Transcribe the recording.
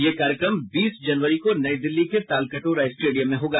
यह कार्यक्रम बीस जनवरी को नई दिल्ली के तालकटोरा स्टेडियम में होगा